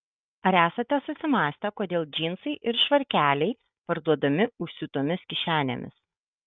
ar esate susimąstę kodėl džinsai ir švarkeliai parduodami užsiūtomis kišenėmis